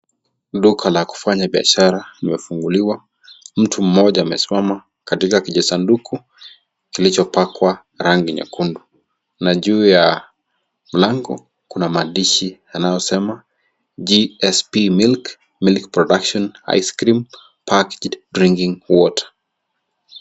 Duka la kufanye biashara imefunguliwa. Mtu mmoja amesiwama katika kijisanduku kilichopakwa rangi nyekundu. Na juu ya mlango kuna madanishi unaosema GSP Milk, Milk Production, Ice Cream, Packed Drinking Water.